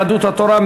יהדות התורה,